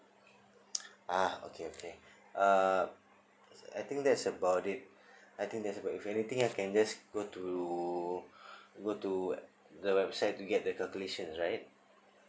ah okay okay uh I think that's about it I think that's about it if anything I can just go to go to the website to get the calculation right